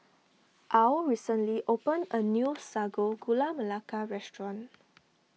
Al recently opened a new Sago Gula Melaka restaurant